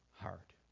heart